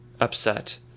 upset